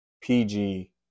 PG